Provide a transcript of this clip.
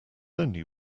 only